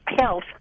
health